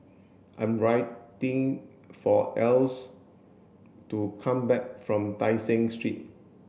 I'm writing for Else to come back from Tai Seng Street